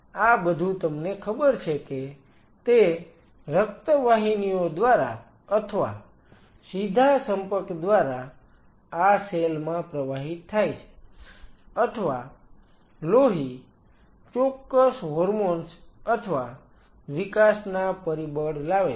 અને આ બધું તમને ખબર છે કે તે રક્ત વાહિનીઓ દ્વારા અથવા સીધા સંપર્ક દ્વારા આ સેલ માં પ્રવાહીત થાય છે અથવા લોહી ચોક્કસ હોર્મોન્સ અથવા વિકાસના પરિબળ લાવે છે